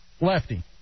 Lefty